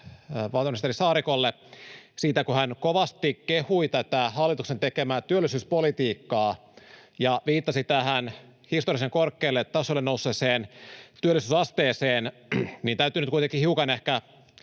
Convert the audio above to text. valtiovarainministeri Saarikolle siitä, kun hän kovasti kehui hallituksen tekemää työllisyyspolitiikkaa ja viittasi tähän historiallisen korkealle tasolle nousseeseen työllisyysasteeseen. Täytyy nyt kuitenkin ehkä